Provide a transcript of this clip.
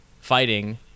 fighting